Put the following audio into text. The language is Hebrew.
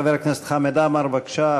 חבר הכנסת חמד עמאר, בבקשה.